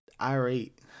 irate